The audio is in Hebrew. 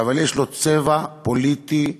אבל יש לו צבע פוליטי ברור.